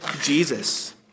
Jesus